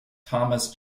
thomas